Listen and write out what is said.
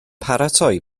paratoi